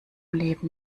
leben